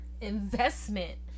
investment